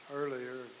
earlier